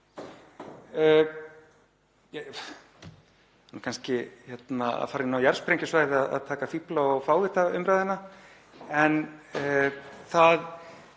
nú kannski að fara inn á jarðsprengjusvæði að taka fífla- og fávitaumræðuna, en það